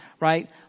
right